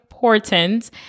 important